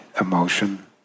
emotion